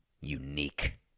Unique